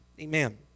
Amen